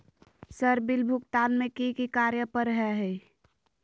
Sir bill भुगतान में की की कार्य पर हहै?